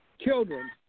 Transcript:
children